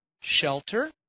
shelter